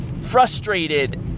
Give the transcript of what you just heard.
Frustrated